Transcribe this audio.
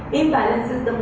imbalances